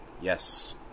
yes